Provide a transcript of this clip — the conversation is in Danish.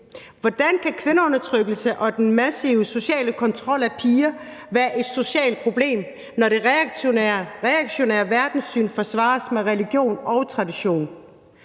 Hvordan kan kvindeundertrykkelse og den massive sociale kontrol af piger være et socialt problem, når det reaktionære verdenssyn forsvares med religion og tradition?